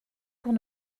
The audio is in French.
pour